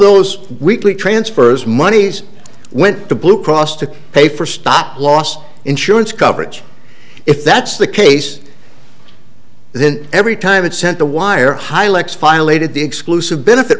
those weekly transfers monies went to blue cross to pay for stop loss insurance coverage if that's the case then every time it sent the wire high lex finally did the exclusive benefit